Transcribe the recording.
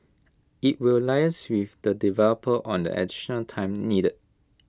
IT will liaise with the developer on the additional time needed